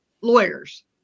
lawyers